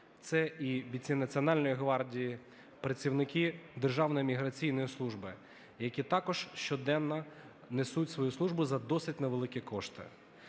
це і бійці Національної гвардії, працівники Державної міграційної служби, які також щоденно несуть свою службу за досить невеликі кошти.